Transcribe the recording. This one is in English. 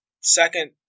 Second